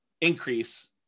increase